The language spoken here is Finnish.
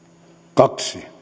kaksi